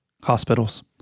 hospitals